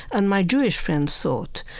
and my jewish friends thought.